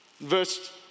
Verse